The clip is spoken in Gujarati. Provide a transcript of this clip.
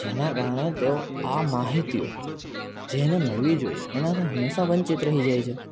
જેનાં કારણે તેઓ આ માહિતીઓ જેને મળવી જોઈએ એનાથી હંમેશા વંચિત રહી જાય છે